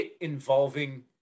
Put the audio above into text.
involving